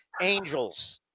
Angels